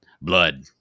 blood